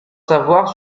savoir